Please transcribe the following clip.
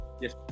Yes